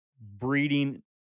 breeding